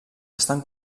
estan